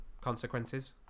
consequences